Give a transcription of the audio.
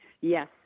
Yes